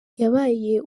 yabaye